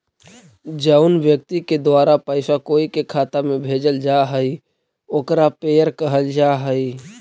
जउन व्यक्ति के द्वारा पैसा कोई के खाता में भेजल जा हइ ओकरा पेयर कहल जा हइ